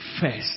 first